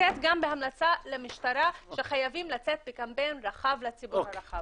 לצאת גם בהמלצה למשטרה שחייבים לצאת בקמפיין רחב לציבור הרחב.